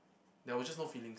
there was just no feeling